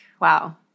wow